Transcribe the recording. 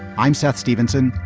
i'm seth stevenson.